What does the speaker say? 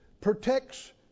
protects